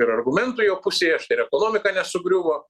ir argumentų jo pusėje štai ir ekonomika nesugriuvo